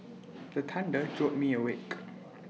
the thunder jolt me awake